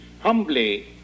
humbly